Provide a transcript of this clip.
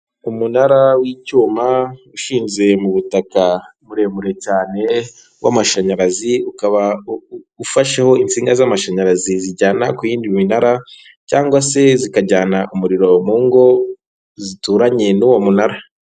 Umunara w'icyuma, ushinze mu butaka muremure cyane w'amashanyarazi, ukaba ufasheho insinga z'amashanyarazi zijyana ku yindi minara, cyangwa se zikajyana umuriro mu ngo zituranye n'uwo munara.